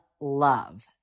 love